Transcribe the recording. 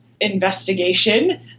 investigation